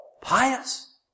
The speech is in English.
pious